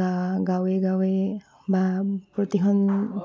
গা গাঁৱে গাঁৱে বা প্ৰতিখন